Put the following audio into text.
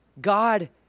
God